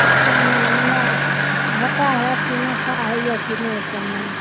इएह ने मने घाटा हैत कि नफा होइए ई सबमे